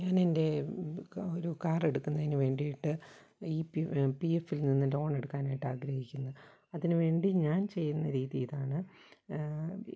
ഞാനെന്റെ ഒരു കാറെടുക്കുന്നതിനു വേണ്ടിയിട്ട് ഈ പ്യു പീ എഫില് നിന്ന് ലോണെടുക്കാനായിട്ട് ആഗ്രഹിക്കുന്നു അതിനു വേണ്ടി ഞാന് ചെയ്യുന്ന രീതി ഇതാണ്